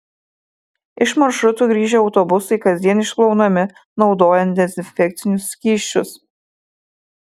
iš maršrutų grįžę autobusai kasdien išplaunami naudojant dezinfekcinius skysčius